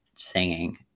singing